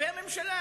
והממשלה